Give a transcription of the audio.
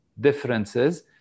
differences